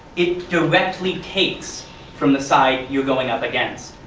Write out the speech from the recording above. it directly takes from the side you are going up against.